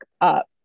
up